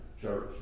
church